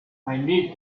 need